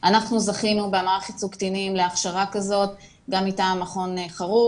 אנחנו זכינו במערך ייצוג קטינים להכשרה כזאת גם מטעם מכון חרוב